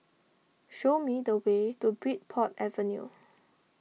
show me the way to Bridport Avenue